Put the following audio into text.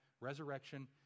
resurrection